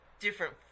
Different